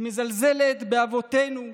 שמזלזלת באבותינו,